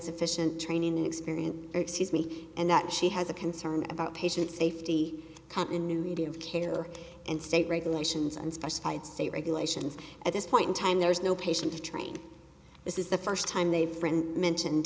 insufficient training experience excuse me and that she has a concern about patient safety continuity of care and state regulations unspecified state regulations at this point in time there is no patient to train this is the first time they friend mentioned